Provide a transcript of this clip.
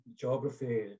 geography